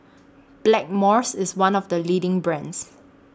Blackmores IS one of The leading brands